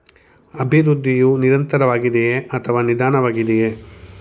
ಅಭಿವೃದ್ಧಿಯು ನಿರಂತರವಾಗಿದೆಯೇ ಅಥವಾ ನಿಧಾನವಾಗಿದೆಯೇ?